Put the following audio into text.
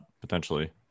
potentially